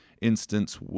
instance